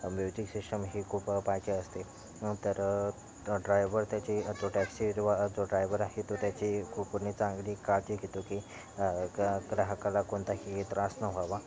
music system ही खूप पाहिजे असते तर ड्रायवर त्याची जो टॅक्सी जो ड्रायव्हर आहे तो त्याची कु कोणी चांगली काळजी घेतो की ग्राहकाला कोणताही त्रास न व्हावा